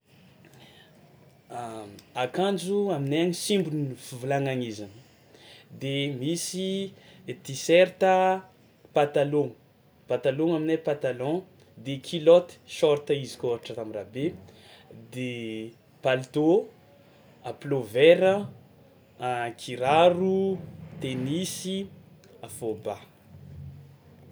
Akanjo aminay any simbo no fivolagnana izy any, de misy tiserta, patalôgno patalôgno aminay patalon de kilaoty short izy koa ôhatra raha am'raha be de palitô, a pull-over a, kiraro, tenisy, fôba.